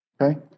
okay